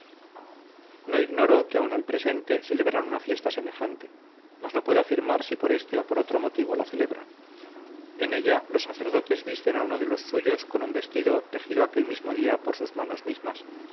no ignoro que aun al presente celebran una fiesta semejante mas no puedo afirmar si por este o por otro motivo la celebraban en ella los sacerdotes visten a uno de los suyos con un vestido tejido aquel mismo día por sus manos mismas